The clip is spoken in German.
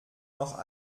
noch